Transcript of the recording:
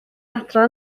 adre